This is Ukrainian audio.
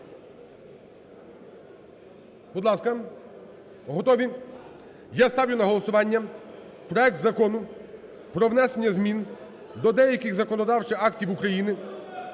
Будь ласка, готові? Я ставлю на голосування проект Закону про внесення змін до деяких законодавчих актів України